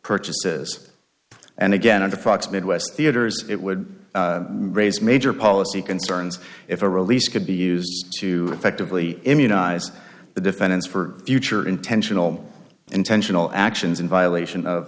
purchases and again in the fox midwest theaters it would raise major policy concerns if a release could be used to effect of lee immunize the defendants for future intentional intentional actions in violation of